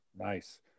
nice